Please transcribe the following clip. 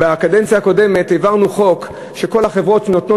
בקדנציה הקודמת העברנו חוק שכל החברות שנותנות